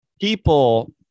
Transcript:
People